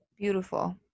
beautiful